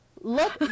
look